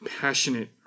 passionate